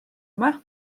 yma